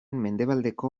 mendebaldeko